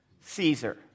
Caesar